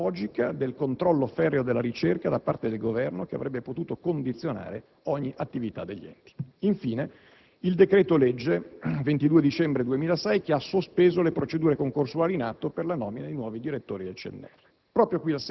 Era la logica del controllo ferreo della ricerca da parte del Governo che avrebbe potuto condizionare ogni attività degli enti. Infine, il decreto-legge 22 dicembre 2006 che ha sospeso le procedure concorsuali in atto per la nomina di nuovi direttori del CNR.